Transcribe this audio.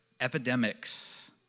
Epidemics